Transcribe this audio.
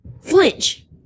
flinch